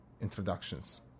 introductions